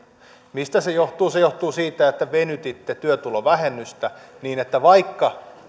mistä se johtuu se johtuu siitä että venytitte työtulovähennystä niin että vaikka